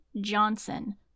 Johnson